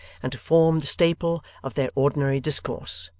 and to form the staple of their ordinary discourse,